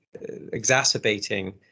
exacerbating